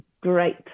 great